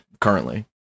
Currently